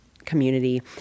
Community